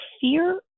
fear